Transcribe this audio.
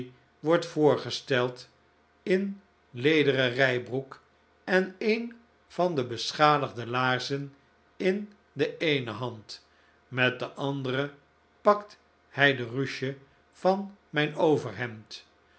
wordt voorgesteld in lederen rijbroek en een van de beschadigde laarzen in de eene hand met de andere pakt hij de ruche van mijn overhemd